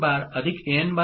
Bn' An'